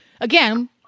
again